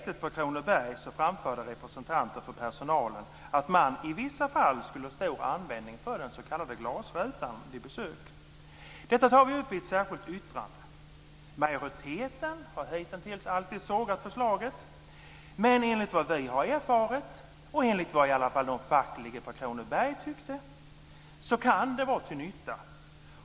Då jag besökte Kronobergshäktet framförde representanter för personalen att man i vissa fall skulle ha stor användning för den s.k. glasrutan vid besök. Detta tar vi upp i ett särskilt yttrande. Majoriteten har hitintills alltid sågat förslaget, men enligt vad vi har erfarit och enligt i alla fall de fackliga på Kronobergshäktet kan det här vara till nytta.